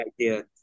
idea